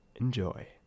enjoy